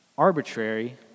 arbitrary